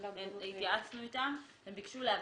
לבקשת נציגי חבר הכנסת,